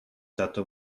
tato